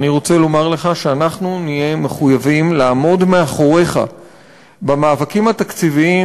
אני רוצה לומר לך שאנחנו נהיה מחויבים לעמוד מאחוריך במאבקים התקציביים